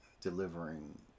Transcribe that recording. delivering